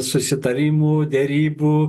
susitarimų derybų